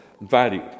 value